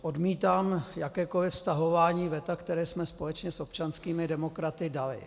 Odmítám jakékoliv stahování veta, které jsme společně s občanskými demokraty dali.